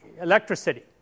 electricity